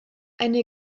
eine